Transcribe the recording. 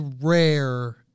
rare